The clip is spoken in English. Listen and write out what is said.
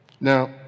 Now